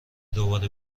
دوباره